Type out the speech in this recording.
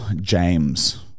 James